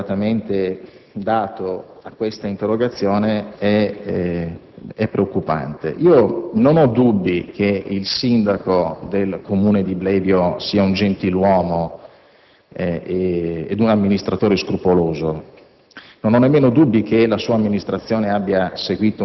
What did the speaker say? La risposta che lei ha garbatamente dato a quest'interrogazione, però, è preoccupante; non ho dubbi che il sindaco del Comune di Blevio sia un gentiluomo e un amministratore scrupoloso,